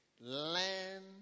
Land